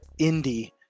indie